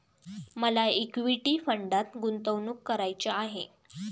मला इक्विटी फंडात गुंतवणूक करायची आहे